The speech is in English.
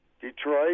Detroit